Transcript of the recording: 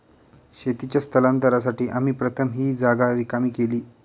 शेतीच्या स्थलांतरासाठी आम्ही प्रथम ही जागा रिकामी केली